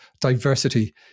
diversity